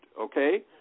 okay